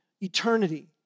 eternity